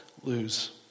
lose